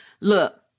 Look